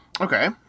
Okay